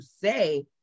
say